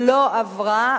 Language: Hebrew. התשע"א 2010, נתקבלה.